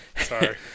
Sorry